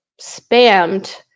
spammed